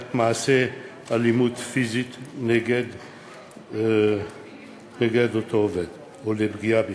מעשה אלימות פיזית נגד אותו עובד או לפגיעה בו.